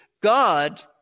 God